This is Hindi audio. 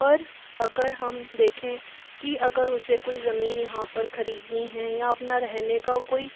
पर अगर हम देखें कि अगर उसे कोई ज़मीन यहाँ पर खरीदनी है या अपना रहने का कोई